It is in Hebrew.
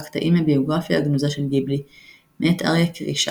קטעים מהביוגרפיה הגנוזה של גיבלי מאת אריה קרישק,